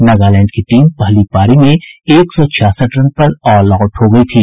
नगालैंड की टीम पहली पारी में एक सौ छियासठ रन पर ऑल आउट हो गयी थी